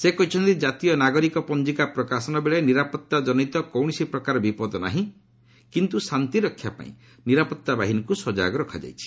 ସେ କହିଛନ୍ତି ଜାତୀୟ ନାଗରିକ ପଞ୍ଜିକା ପ୍ରକାଶନବେଳେ ନିରାପଭାଜନିତ କୌଣସି ପ୍ରକାର ବିପଦ ନାହିଁ କିନ୍ତୁ ଶାନ୍ତି ରକ୍ଷାପାଇଁ ନିରାପତ୍ତା ବାହିନୀକୁ ସଜାଗ ରଖାଯାଇଛି